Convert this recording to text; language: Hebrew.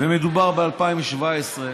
ומדובר ב-2017,